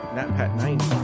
NatPat90